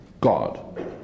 God